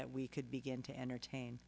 that we could begin to entertain